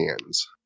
hands